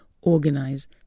organize